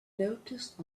noticed